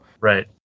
Right